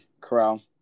Corral